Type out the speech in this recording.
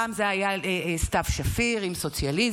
פעם זאת הייתה סתיו שפיר עם סוציאליזם,